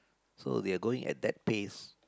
so they are going at that pace